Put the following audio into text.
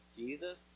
Jesus